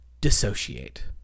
dissociate